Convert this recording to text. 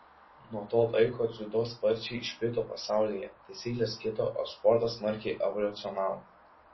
nuo to laiko dziudo sparčiai išplito pasaulyje taisyklės kito o sportas smarkiai evoliucionavo